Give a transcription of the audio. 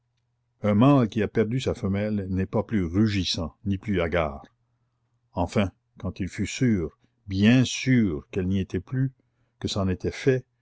un mâle qui a perdu sa femelle n'est pas plus rugissant ni plus hagard enfin quand il fut sûr bien sûr qu'elle n'y était plus que c'en était fait